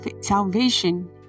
Salvation